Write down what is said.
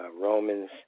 Romans